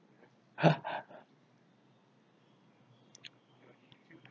!huh!